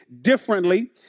differently